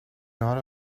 not